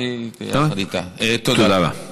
תודה רבה.